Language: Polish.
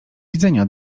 widzenia